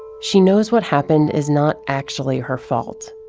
she knows what happened is not actually her fault.